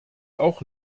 auch